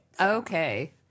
Okay